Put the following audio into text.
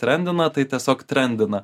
trendina tai tiesiog trendina